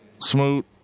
Smoot